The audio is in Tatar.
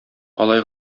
алай